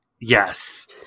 Yes